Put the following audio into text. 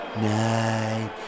night